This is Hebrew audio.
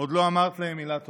עוד לא אמרת להם מילה טובה".